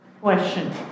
Question